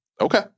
Okay